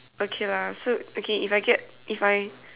okay lah so okay if I get if I